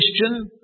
Christian